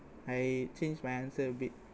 I change my answer a bit